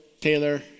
Taylor